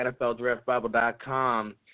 NFLDraftBible.com